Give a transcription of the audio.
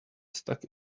stuck